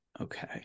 okay